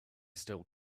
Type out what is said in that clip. still